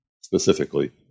specifically